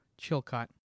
Chilcott